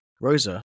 Rosa